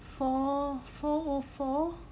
four four oo four